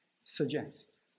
suggest